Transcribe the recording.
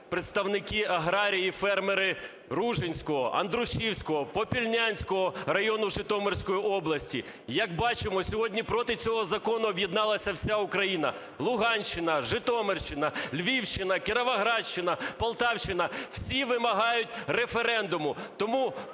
представники аграріїв, фермери Ружинського, Андрушівського, Попільнянського районів Житомирської області. Як бачимо, сьогодні проти цього закону об'єдналась вся Україна: Луганщина, Житомирщина, Львівщина, Кіровоградщина, Полтавщина. Всі вимагають референдуму.